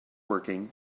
working